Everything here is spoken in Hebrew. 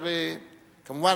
כמובן,